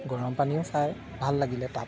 গৰমপানীও চাই ভাল লাগিলে তাত